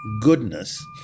goodness